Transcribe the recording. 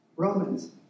Romans